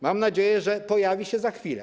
Mam nadzieję, że pojawi się to za chwilę.